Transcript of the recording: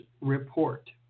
Report